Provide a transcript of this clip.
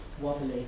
Wobbly